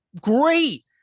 great